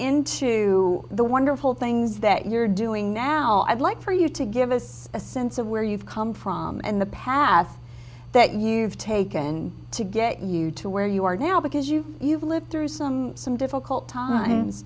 into the wonderful things that you're doing now i'd like for you to give us a sense of where you've come from and the path that you've taken to get you to where you are now because you you've lived through some some difficult times